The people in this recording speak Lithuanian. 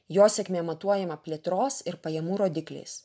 jo sėkmė matuojama plėtros ir pajamų rodikliais